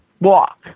walk